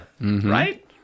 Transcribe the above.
right